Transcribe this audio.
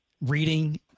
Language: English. reading